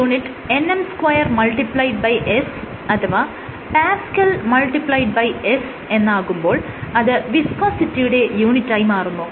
µ വിന്റെ unit nm2s അഥവാ Pas എന്നാകുമ്പോൾ അത് വിസ്കോസിറ്റിയുടെ യൂണിറ്റായി മാറുന്നു